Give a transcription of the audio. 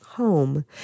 home